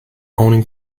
owning